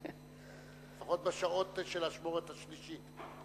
לפחות בשעות של האשמורת השלישית.